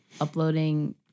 uploading